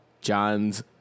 John's